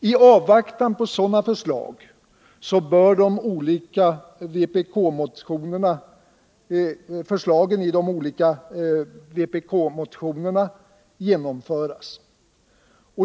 I avvaktan på sådana förslag bör de i olika vpk-motioner framförda förslagen genomföras.